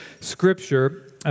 Scripture